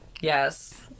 yes